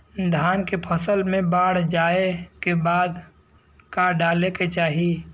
धान के फ़सल मे बाढ़ जाऐं के बाद का डाले के चाही?